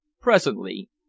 Presently